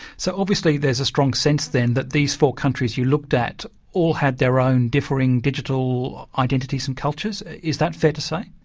so obviously there's a strong sense, then, that these four countries you looked at all have their own differing digital identities and cultures? is that fair to say?